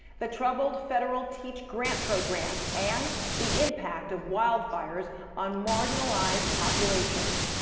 the troubled federal teach grant program and the impact of wildfires on marginalized populations.